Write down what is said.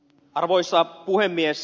arvoisa puhemies